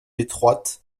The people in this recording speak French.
étroites